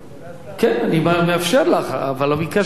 אני מאפשר לך, אבל לא ביקשת ממני.